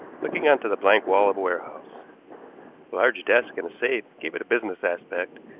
looking on to the blank wall of a warehouse. a large desk and a safe gave it a business aspect,